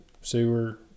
sewer